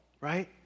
right